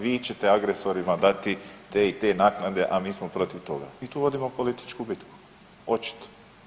Vi ćete agresorima dati te i te naknade, a mi smo protiv toga i tu vodimo političku bitku očitu.